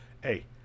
hey